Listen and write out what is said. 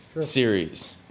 series